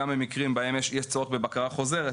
וגם למקרים בהם יש צורך בבקרה חוזרת,